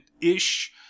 ish